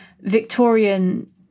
Victorian